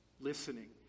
listening